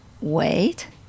wait